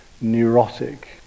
neurotic